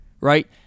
right